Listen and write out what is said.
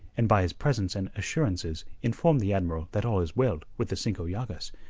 and by his presence and assurances inform the admiral that all is well with the cinco llagas,